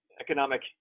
economic